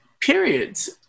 periods